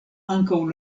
ankaŭ